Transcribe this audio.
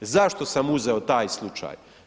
Zašto sam uzeo taj slučaj?